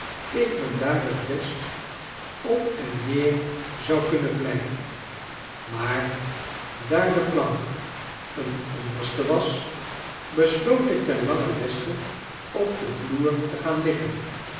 ik me daar t best op en neer zou kunnen vlijen maar daar de plank een onderste was besloot ik ten langen leste op den vloer te gaan liggen